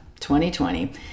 2020